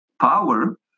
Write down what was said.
power